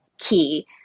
key